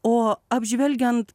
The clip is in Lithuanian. o apžvelgiant